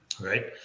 Right